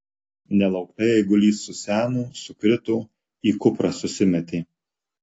nelauktai eigulys suseno sukrito į kuprą susimetė